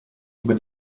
über